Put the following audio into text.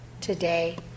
today